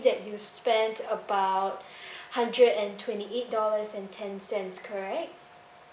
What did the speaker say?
that you spent about hundred and twenty eight dollars and ten cents correct